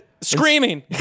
Screaming